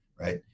right